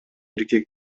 эркек